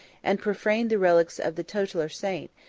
and profaned the relics of the tutelar saint,